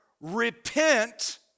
Repent